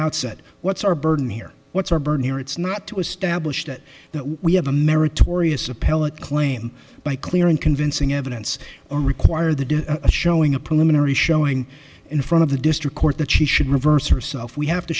outset what's our burden here what's our burn here it's not to establish that that we have a meritorious appellate claim by clear and convincing evidence or require the do a showing a preliminary showing in front of the district court that she should reverse herself we have to